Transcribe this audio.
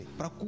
para